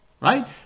Right